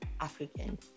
African